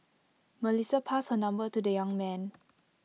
Melissa passed her number to the young man